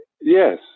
Yes